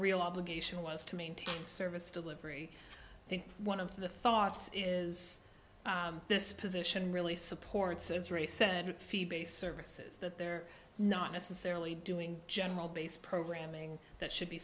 real obligation was to maintain service delivery i think one of the thoughts is this position really supports israel's said fee based services that they're not necessarily doing general base programming that should be